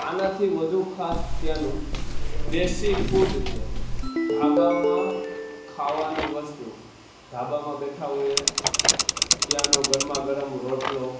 આનાથી વધુ ખાસ ત્યાંનું દેશી ફૂડ છે ધાબામાં ખાવાની વસ્તુ ધાબામાં બેઠા હોઈએ ત્યાંનો ગરમાગરમ રોટલો